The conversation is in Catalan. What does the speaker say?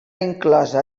inclosa